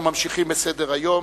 אנחנו ממשיכים בסדר-היום.